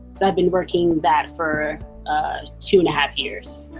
so i've been working that for two and a half years.